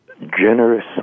Generous